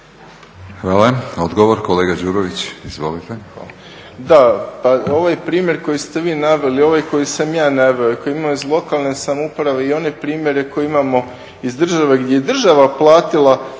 Hvala. Odgovor kolega Đurović. **Đurović,